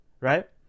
Right